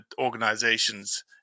organizations